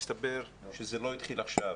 מסתבר שזה לא התחיל עכשיו.